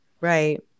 Right